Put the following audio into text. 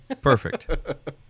Perfect